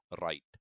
right